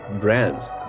brands